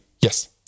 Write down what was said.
Yes